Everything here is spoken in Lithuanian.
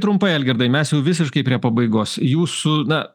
trumpai algirdai mes jau visiškai prie pabaigos jūsų na